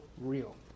real